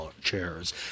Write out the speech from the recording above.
chairs